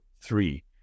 three